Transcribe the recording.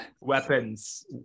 weapons